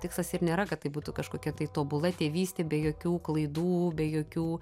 tikslas ir nėra kad tai būtų kažkokia tai tobula tėvystė be jokių klaidų be jokių